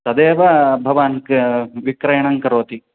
तदेव भवान् क विक्रयणं करोति